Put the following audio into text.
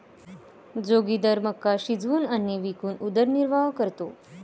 जोगिंदर मका शिजवून आणि विकून उदरनिर्वाह करतो